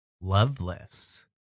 Loveless